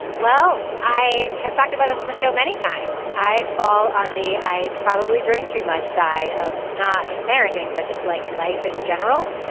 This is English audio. well i have talked about this on and the show many times. i fall on the i probably drink too much side of not just parenting but just like life in general.